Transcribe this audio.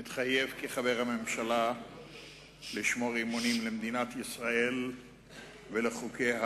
מתחייב כחבר הממשלה לשמור אמונים למדינת ישראל ולחוקיה,